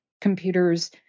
computers